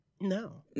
no